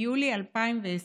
מיולי 2020,